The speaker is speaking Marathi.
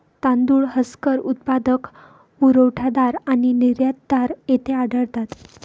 तांदूळ हस्कर उत्पादक, पुरवठादार आणि निर्यातदार येथे आढळतात